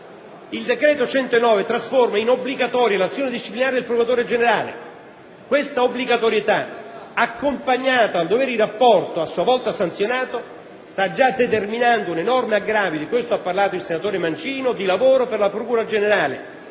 decreto n. 109 trasforma in obbligatoria l'azione disciplinare del procuratore generale; questa obbligatorietà, accompagnata dal dovere di rapporto a sua volta sanzionato, sta già determinando un enorme aggravio - di questo ha parlato il senatore